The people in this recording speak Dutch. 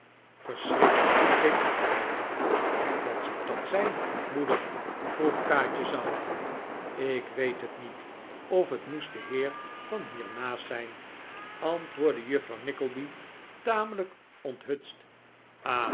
verschrikt deed opkijken wat zou dat zijn moeder vroeg kaatje zacht ik weet het niet of het moest de heer van hiernaast zijn antwoordde juffrouw nickleby tamelijk onthutst